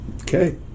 Okay